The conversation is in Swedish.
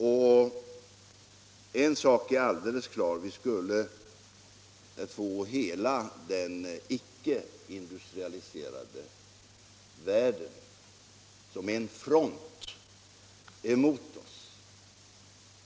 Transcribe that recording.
Och en sak är alldeles klar: vi skulle få hela den icke industrialiserade världen som en front emot oss.